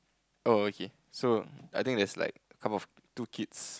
oh okay so I think there's like half of two kids